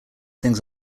things